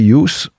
use